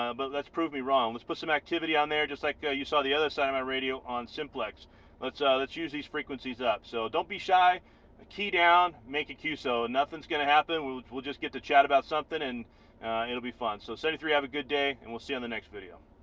ah but let's prove me wrong let's put some activity on there. just like ah you saw the other side of my radio on simplex let's ah let's use these frequencies up. so don't be shy the key down make a cue, so and nothing's going to happen we will will just get to chat about something and it'll be fun so said you three have a good day and we'll see in the next video